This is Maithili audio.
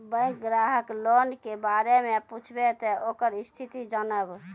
बैंक ग्राहक लोन के बारे मैं पुछेब ते ओकर स्थिति जॉनब?